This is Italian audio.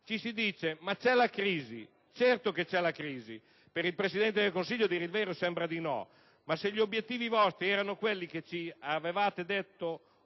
Ci si dice: ma c'è la crisi! Certo che c'è la crisi. Per il Presidente del Consiglio, a dire il vero, sembra di no, ma se gli obiettivi vostri erano quelli che ci avevate indicato,